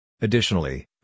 Additionally